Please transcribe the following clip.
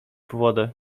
wodę